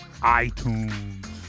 itunes